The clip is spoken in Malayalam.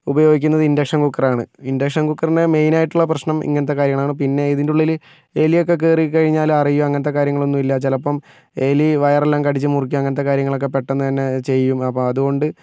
ഉപയോഗിക്കുന്നത് ഇന്ഡക്ഷന് കുക്കറാണ് ഇന്ഡക്ഷന് കുക്കറിന്റെ മെയിന് ആയിട്ടുള്ള പ്രശ്നം ഇങ്ങനത്തെ കാര്യങ്ങളാണ് പിന്നെ ഇതിന്റെ ഉള്ളിൽ എലിയൊക്കെ കയറിക്കഴിഞ്ഞാല് അറിയുമോ അങ്ങനത്തെ കാര്യങ്ങള് ഒന്നും ഇല്ല ചിലപ്പം എലി വയറെല്ലാം കടിച്ചു മുറിക്കും അങ്ങനത്തെ കാര്യങ്ങള് ഒക്കെ പെട്ടെന്ന് തന്നെ ചെയ്യും അപ്പം അതുകൊണ്ട്